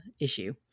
issue